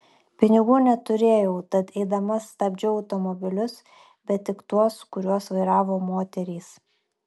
pinigų neturėjau tad eidama stabdžiau automobilius bet tik tuos kuriuos vairavo moterys